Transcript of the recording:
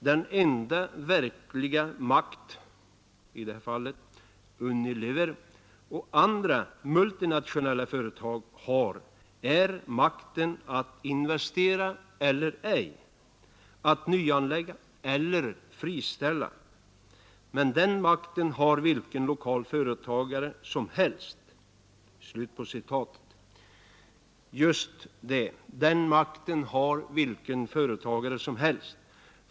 ”Den enda verkliga makt Unilever och andra multinationella företag har är makten att investera eller ej, att nyanlägga eller friställa. Men den makten har vilken lokal företagare som helst.” Just det. Den makten har vilken företagare som helst.